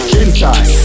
inside